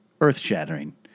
earth-shattering